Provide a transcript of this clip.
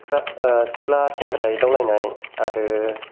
सिख्रा सिख्ला सेंग्रा एदावलायनाय आरो